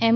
એમ